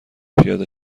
پیاده